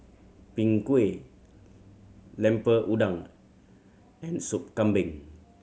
Png Kueh Lemper Udang and Soup Kambing